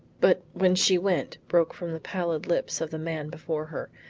but, when she went, broke from the pallid lips of the man before her,